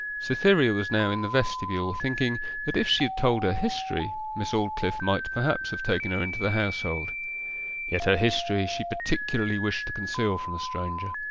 cytherea was now in the vestibule, thinking that if she had told her history, miss aldclyffe might perhaps have taken her into the household yet her history she particularly wished to conceal from a stranger.